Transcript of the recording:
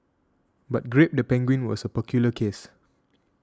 but grape the penguin was a peculiar case